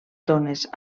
tones